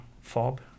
FOB